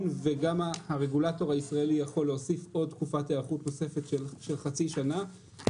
וגם הרגולטור הישראלי יכול להוסיף עוד תקופת הערכות נוספת של חצי שנה,